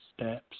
steps